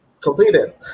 completed